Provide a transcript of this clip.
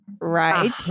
Right